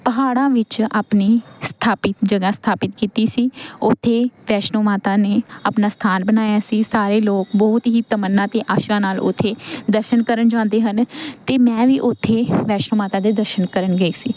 ਪਹਾੜਾਂ ਵਿੱਚ ਆਪਣੀ ਸਥਾਪਿਤ ਜਗ੍ਹਾ ਸਥਾਪਿਤ ਕੀਤੀ ਸੀ ਉੱਥੇ ਵੈਸ਼ਨੋ ਮਾਤਾ ਨੇ ਆਪਣਾ ਸਥਾਨ ਬਣਾਇਆ ਸੀ ਸਾਰੇ ਲੋਕ ਬਹੁਤ ਹੀ ਤਮੰਨਾ ਅਤੇ ਆਸ਼ਾ ਨਾਲ ਉੱਥੇ ਦਰਸ਼ਨ ਕਰਨ ਜਾਂਦੇ ਹਨ ਅਤੇ ਮੈਂ ਵੀ ਉੱਥੇ ਵੈਸ਼ਨੋ ਮਾਤਾ ਦੇ ਦਰਸ਼ਨ ਕਰਨ ਗਈ ਸੀ